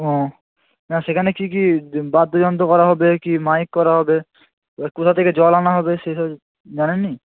ওহ না সেখানে কী কী বাদ্যযন্ত্র করা হবে কী মাইক করা হবে কোথা থেকে জল আনা হবে সেসব জানেন না